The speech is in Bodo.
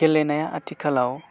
गेलेनाया आथिखालाव